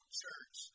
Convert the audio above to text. church